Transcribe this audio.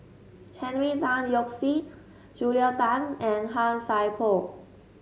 Henry Tan Yoke See Julia Tan and Han Sai Por